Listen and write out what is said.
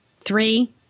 Three